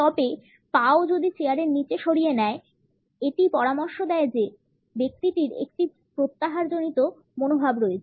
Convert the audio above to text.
তবে পা ও যদি চেয়ারের নীচে সরিয়ে নেয় এটি পরামর্শ দেয় যে ব্যক্তিটির একটি প্রত্যাহার জনিত মনোভাব রয়েছে